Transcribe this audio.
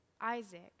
Isaac